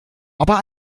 aber